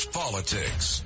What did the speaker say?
politics